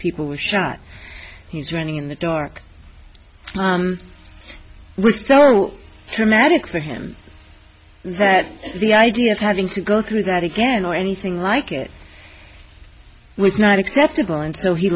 people were shot he was running in the dark restoril dramatic for him that the idea of having to go through that again or anything like it was not acceptable and so he